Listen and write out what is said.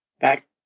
back